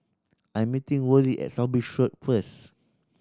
I'm meeting Worley at South Bridge Should first